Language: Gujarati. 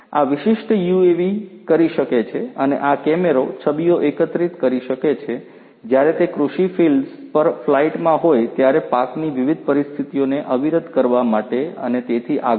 આ વિશિષ્ટ યુએવી કરી શકે છે અને આ કેમેરો છબીઓ એકત્રિત કરી શકે છે જ્યારે તે કૃષિ ફિકલ્ડ્સ પર ફ્લાઇટમાં હોય ત્યારે પાકની વિવિધ પરિસ્થિતિઓને અવિરત કરવા માટે અને તેથી આગળ